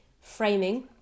framing